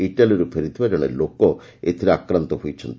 ଇଟାଲୀରୁ ପେରିଥିବା ଜଣେ ଲୋକ ଏଥିରେ ଆକ୍ରାନ୍ତ ହୋଇଛନ୍ତି